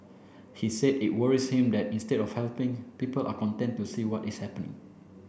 he said it worries him that instead of helping people are content to see what is happening